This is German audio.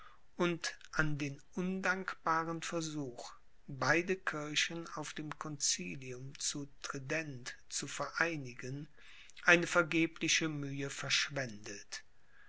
und an den undankbaren versuch beide kirchen auf dem concilium zu trident zu vereinigen eine vergebliche mühe verschwendet